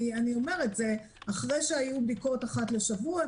אני אומרת שאחרי שהיו בדיקות אחת לשבוע,